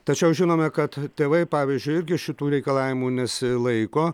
tačiau žinome kad tėvai pavyzdžiui irgi šitų reikalavimų nesilaiko